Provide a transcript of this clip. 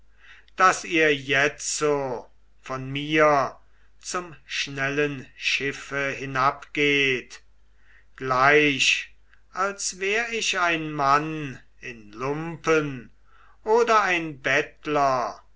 daß ihr jetzo von mir zum schnellen schiffe hinabgeht gleich als wär ich ein mann in lumpen oder ein bettler